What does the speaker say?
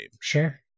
Sure